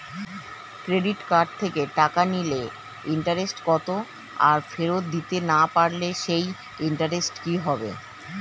Credit card থেকে টাকা নিলে ইন্টারেস্ট কত আর ফেরত দিতে না পারলে সেই ইন্টারেস্ট কি হবে?